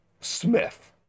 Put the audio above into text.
Smith